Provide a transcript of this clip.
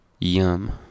Yum